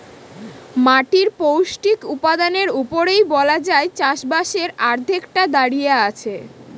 মাটির পৌষ্টিক উপাদানের উপরেই বলা যায় চাষবাসের অর্ধেকটা দাঁড়িয়ে আছে